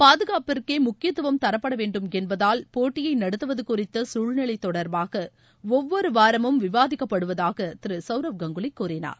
பாதுகாப்பிற்கேமுக்கியத்துவம் தரப்படவேண்டும் என்பதால் போட்டியைநடத்துவதுகுறித்தகுழ்நிலைதொடர்பாகஒவ்வொருவாரமும் விவாதிக்கப்படுவதாகதிருசவ்ரவ் கங்குலிகூறினார்